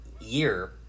year